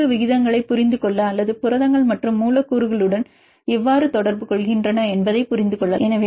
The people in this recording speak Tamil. மடிப்பு விகிதங்களைப் புரிந்து கொள்ள அல்லது புரதங்கள் மற்ற மூலக்கூறுகளுடன் எவ்வாறு தொடர்பு கொள்கின்றன என்பதைப் புரிந்து கொள்ளலாம்